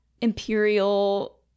Imperial